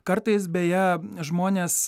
kartais beje žmonės